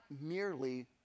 merely